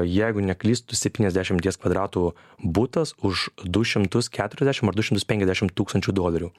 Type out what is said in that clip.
jeigu neklystu septyniasdešimties kvadratų butas už du šimtus keturiasdešimt du šimtus penkiasdešimt tūkstančių dolerių